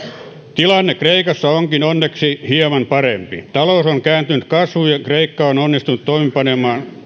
tilanne kreikassa onkin onneksi hieman parempi talous on kääntynyt kasvuun ja kreikka on onnistunut toimeenpanemaan